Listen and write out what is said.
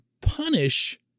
punish